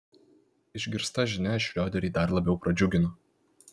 išgirsta žinia šrioderį dar labiau pradžiugino